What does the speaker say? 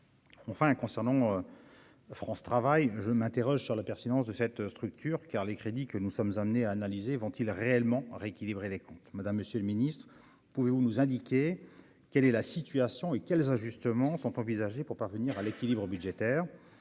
Enfin concernant France travaille, je m'interroge sur la pertinence de cette structure car les crédits que nous sommes amenés à analyser vont-ils réellement rééquilibrer les comptes Madame Monsieur le Ministre, pouvez-vous nous indiquer quelle est la situation et quels ajustements sont envisagées pour parvenir à l'équilibre budgétaire,